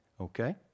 Okay